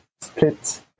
split